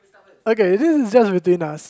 okay is this just between us